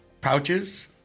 pouches